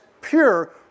pure